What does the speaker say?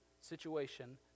situation